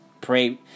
pray